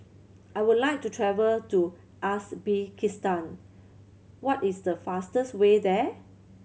I would like to travel to Uzbekistan what is the fastest way there